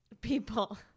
people